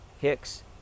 Hicks –